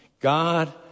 God